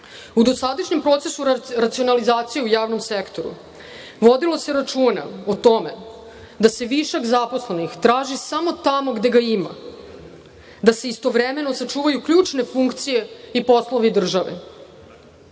dosadašnjem procesu racionalizacije u javnom sektoru vodilo se računa o tome da se višak zaposlenih traži samo tamo gde ga ima, da se istovremeno sačuvaju ključne funkcije i poslovi